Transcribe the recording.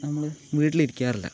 നമ്മള് വീട്ടിലിരിക്കാറില്ല